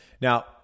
Now